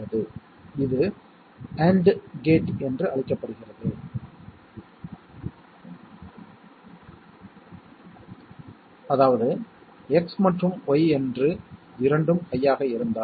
A என்பது 0 B என்பது 0 C என்பது 0 என்று எடுத்துக்கொள்வோம் இந்த சொற்கள் அனைத்தும் 0s ஆக இருக்கும் எனவே சம் ஆனது 0 க்கு சமமாக இருக்கும்